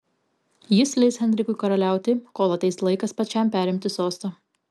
jis leis henrikui karaliauti kol ateis laikas pačiam perimti sostą